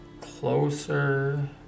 closer